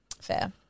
Fair